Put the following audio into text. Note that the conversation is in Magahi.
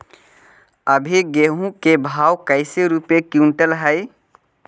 अभी गेहूं के भाव कैसे रूपये क्विंटल हई?